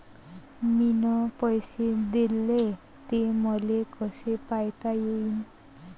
मिन पैसे देले, ते मले कसे पायता येईन?